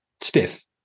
stiff